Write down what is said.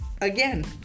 Again